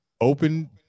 open